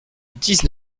dix